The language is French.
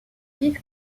vif